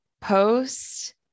post